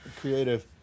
creative